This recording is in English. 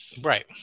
Right